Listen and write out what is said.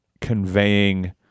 conveying